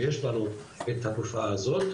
ויש לנו את התופעה הזאת,